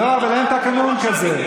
לא, אין תקנון כזה.